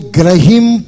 grahim